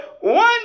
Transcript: One